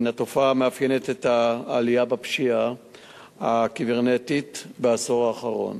הינה תופעה המאפיינת את העלייה בפשיעה הקיברנטית בעשור האחרון.